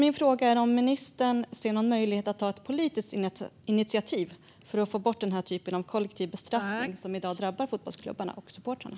Min fråga är om ministern ser någon möjlighet att ta ett politiskt initiativ för att få bort denna typ av kollektiv bestraffning som i dag drabbar fotbollsklubbarna och supportrarna.